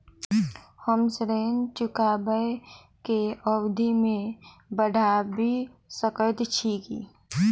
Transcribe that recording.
हम ऋण चुकाबै केँ अवधि केँ बढ़ाबी सकैत छी की?